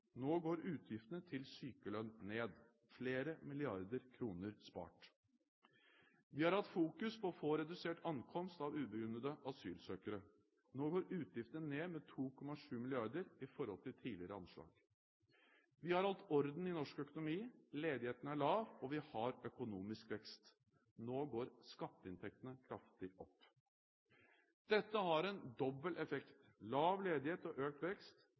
Nå går utgiftene til sykelønn ned – flere milliarder kroner spart. Vi har hatt fokus på å få redusert ankomst av ubegrunnede asylsøkere. Nå går utgiftene ned med 2,7 mrd. kr i forhold til tidligere anslag. Vi har holdt orden i norsk økonomi, ledigheten er lav, og vi har økonomisk vekst. Nå går skatteinntektene kraftig opp. Dette har en dobbel effekt. Lav ledighet og økt vekst,